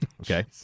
Okay